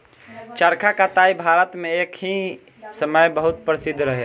चरखा कताई भारत मे एक समय बहुत प्रसिद्ध रहे